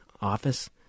office